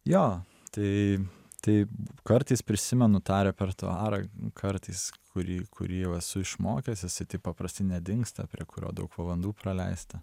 jo tai taip kartais prisimenu tą repertuarą kartais kurį kurį jau esu išmokęs jisai taip paprastai nedingsta prie kurio daug valandų praleista